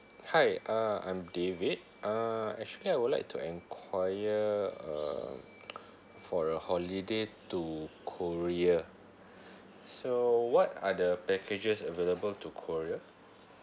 hi uh I'm david uh actually I would like to enquire um for a holiday to korea so what are the packages available to korea